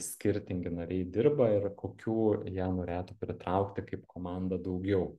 skirtingi nariai dirba ir kokių jie norėtų pritraukti kaip komanda daugiau